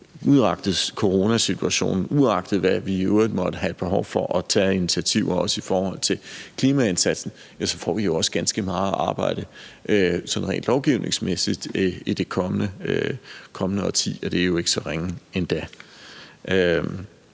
Uagtet coronasituationen, uagtet hvad vi i øvrigt måtte have behov for at tage af initiativer også i forhold til klimaindsatsen, så får vi jo også ganske meget arbejde sådan rent lovgivningsmæssigt i det kommende årti, og det er ikke så ringe endda.